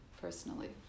personally